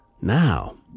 now